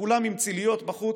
כולם עם ציליות בחוץ.